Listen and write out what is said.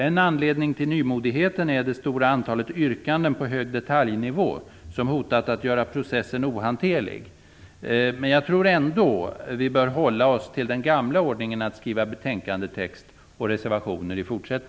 En anledning till nymodigheten är det stora antalet yrkanden på hög detaljnivå, som hotat att göra processen ohanterlig, men jag tror ändå att vi i fortsättningen bör hålla oss till den gamla ordningen att skriva betänkandetext och reservationer.